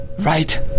right